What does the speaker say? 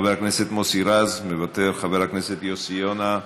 חבר הכנסת מוסי רז, מוותר, חבר הכנסת יוסי יונה,